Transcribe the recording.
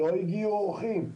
לא הגיעו אורחים.